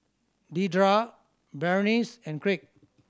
Dedra Berenice and Craig